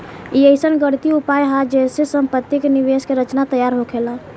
ई अइसन गणितीय उपाय हा जे से सम्पति के निवेश के रचना तैयार होखेला